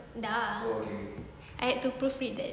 dah ah I have to proofread that